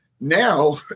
Now